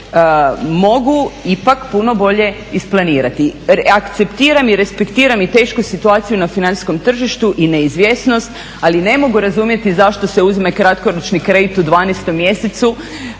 mogu ipak puno bolje isplanirati. Akceptiram i respektiram i tešku situaciju na financijskom tržištu i neizvjesnost, ali ne mogu razumjeti zašto se uzme kratkoročni kredit u 12. mjesecu